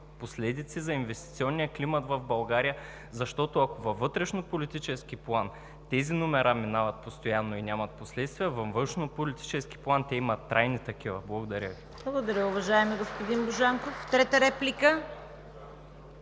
последици за инвестиционния климат в България, защото, ако във вътрешнополитически план тези номера минават постоянно и нямат последствия, във външнополитически план те имат трайни такива. Благодаря Ви. (Ръкопляскания от „БСП за